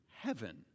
heaven